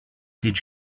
did